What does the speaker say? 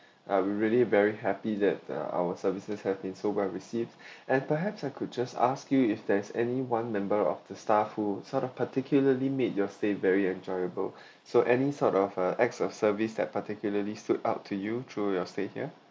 I really very happy that uh our services have been so well received and perhaps I could just ask you if there's any one member of the staff who sort of particularly made your stay very enjoyable so any sort of uh acts of service that particularly stood out to you through your stay here